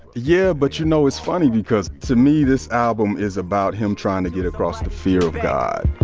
yeah, but you know, it's funny because to me, this album is about him trying to get across the fear of god